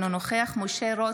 אינו נוכח משה רוט,